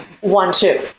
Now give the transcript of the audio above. one-two